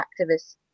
activists